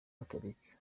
gatolika